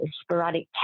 sporadic